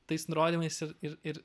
tais nurodymais ir ir ir